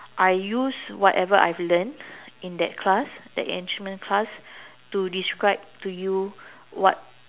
I use whatever I've learnt in that class that enrichment class to describe to you what